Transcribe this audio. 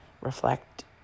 reflect